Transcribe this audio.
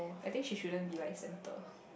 I think she shouldn't be like center